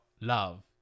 love